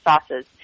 sauces